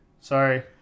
Sorry